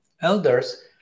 elders